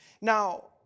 Now